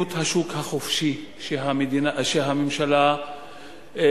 מדיניות השוק החופשי שהממשלה מאמצת.